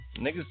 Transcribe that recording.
Niggas